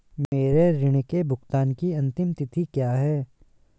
मेरे ऋण के भुगतान की अंतिम तिथि क्या है?